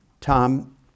Tom